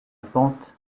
pente